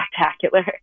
spectacular